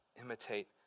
imitate